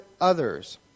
others